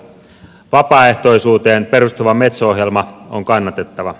vapaaehtoisuuteen perustuva metso ohjelma on kannatettava